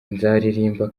nzaririmba